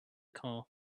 car